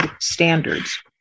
standards